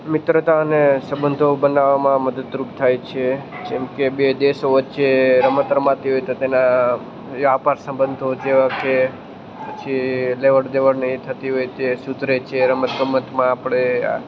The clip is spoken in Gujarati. મિત્રતા અને સબંધો બનાવામાં મદદરૂપ થાય છે જેમકે બે દેશો વચ્ચે રમત રમાતી હોય તો તેના વ્યાપાર સબંધો જેવા કે પછી લેવડદેવડ ન થતી હોય તે સુધરે છે રમતગમતમાં આપણે